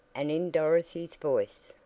and in dorothy's voice!